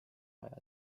rajada